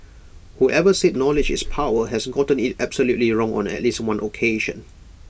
whoever said knowledge is power has gotten IT absolutely wrong on at least one occasion